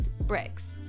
Bricks